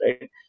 Right